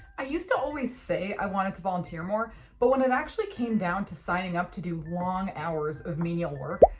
i used to always say i wanted to volunteer more but when it actually came down to signing up to do long hours of menial work.